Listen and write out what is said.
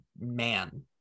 man